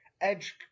Edge